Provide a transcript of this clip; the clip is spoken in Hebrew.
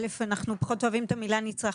א', אנחנו פחות אוהבים את המילה: "נצרך".